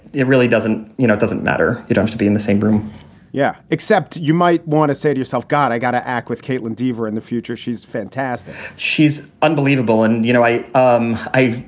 it really doesn't you know it doesn't matter. you don't have to be in the same room yeah, except you might want to say to yourself, god, i got to act with kaitlyn dever in the future. she's fantastic she's unbelievable. and, you know, i, um i,